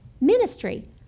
ministry